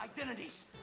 identities